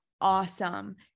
awesome